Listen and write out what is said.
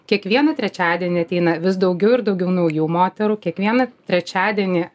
kiekvieną trečiadienį ateina vis daugiau ir daugiau naujų moterų kiekvieną trečiadienį